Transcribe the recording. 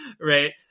right